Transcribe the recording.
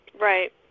Right